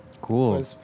Cool